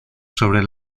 sobre